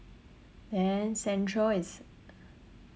then central is